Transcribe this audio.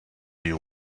you